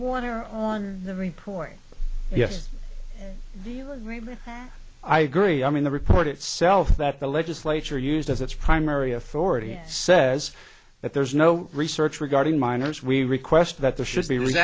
every point yes i mean i agree i mean the report itself that the legislature used as its primary authority it says that there's no research regarding minors we request that there should be rea